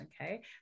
okay